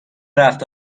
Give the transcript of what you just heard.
رفت